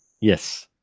Yes